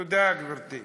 תודה, גברתי.